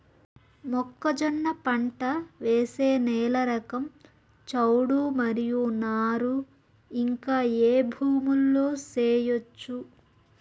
మొక్కజొన్న పంట వేసే నేల రకం చౌడు మరియు నారు ఇంకా ఏ భూముల్లో చేయొచ్చు?